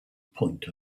point